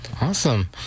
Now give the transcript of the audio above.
Awesome